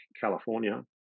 California